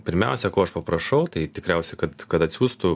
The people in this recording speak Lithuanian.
pirmiausia ko aš paprašau tai tikriausiai kad kad atsiųstų